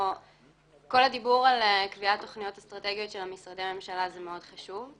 כל הדיבור על קביעת תוכניות אסטרטגיות של משרדי הממשלה זה מאוד חשוב.